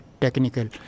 technical